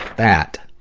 that